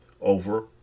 over